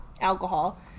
alcohol